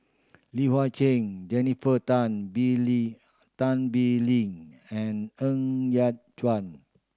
Li Hui Cheng Jennifer Tan Bee Leng Tan Bee Leng and Ng Yat Chuan